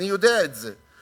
אני יודע את זה.